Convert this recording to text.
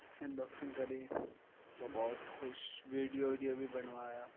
unboxing کری تو بہت خوش ویڈیو ایڈیو بھی بنوایا